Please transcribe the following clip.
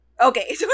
Okay